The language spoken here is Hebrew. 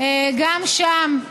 גם שם,